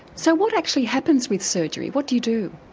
so what actually happens with surgery, what do you do?